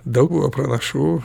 dauguma pranašų